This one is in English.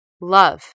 Love